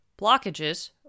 blockages